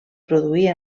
produir